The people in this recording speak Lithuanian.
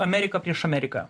amerika prieš ameriką